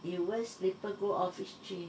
you wear slipper go office change